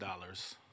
dollars